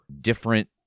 different